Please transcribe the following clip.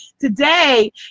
today